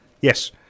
Yes